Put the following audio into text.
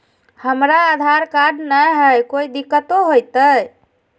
हमरा आधार कार्ड न हय, तो कोइ दिकतो हो तय?